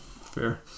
Fair